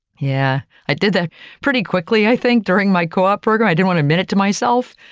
yeah, i did that pretty quickly, i think during my co-op program, i didn't want admit it to myself.